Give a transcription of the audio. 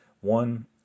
One